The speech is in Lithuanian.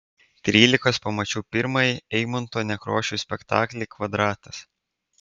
trylikos pamačiau pirmąjį eimunto nekrošiaus spektaklį kvadratas